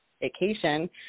vacation